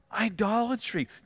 idolatry